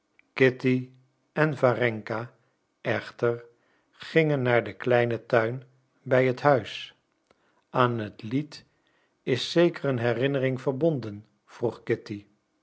kitty en warenka echter gingen naar den kleinen tuin bij het huis aan dit lied is zeker een herinnering verbonden vroeg kitty